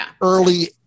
early